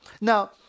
Now